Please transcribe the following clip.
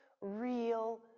real